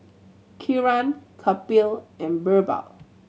Kiran Kapil and Birbal